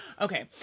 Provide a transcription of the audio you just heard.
Okay